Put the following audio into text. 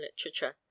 literature